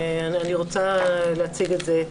אני רוצה להציג את זה,